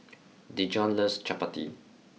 Dejon loves Chapati